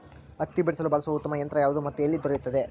ಹತ್ತಿ ಬಿಡಿಸಲು ಬಳಸುವ ಉತ್ತಮ ಯಂತ್ರ ಯಾವುದು ಮತ್ತು ಎಲ್ಲಿ ದೊರೆಯುತ್ತದೆ?